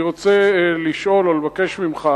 אני רוצה לשאול או לבקש ממך.